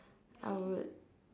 I would